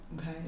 Okay